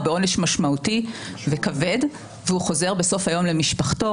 הוא בעונש משמעותי וכבד והוא חוזר בסוף היום למשפחתו.